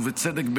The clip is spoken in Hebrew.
ובצדק,